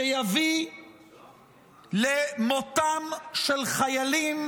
שיביא למותם של חיילים